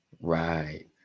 right